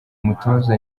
umutoza